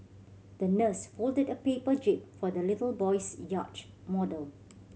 the nurse folded a paper jib for the little boy's model